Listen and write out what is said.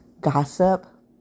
gossip